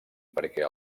perquè